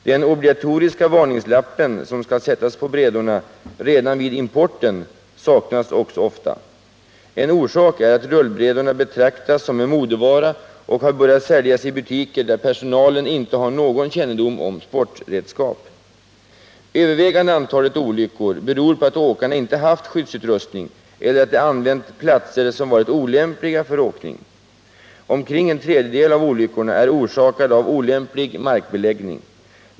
Den obligatoriska varningslappen, som skall sättas på brädorna redan vid importen, saknas också ofta. En orsak är att rullbrädorna betraktas som en modevara och har börjat säljas i butiker där personalen inte har någon kännedom om sportredskap. Övervägande antalet olyckor beror på att åkarna inte haft skyddsutrustning eller att de använt platser som varit olämpliga för åkning. Omkring en tredjedel av olyckorna är orsakade av olämplig markbeläggning.